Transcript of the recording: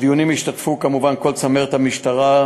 בדיונים השתתפו כמובן כל צמרת המשטרה,